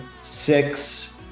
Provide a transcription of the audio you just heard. six